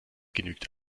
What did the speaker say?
genügt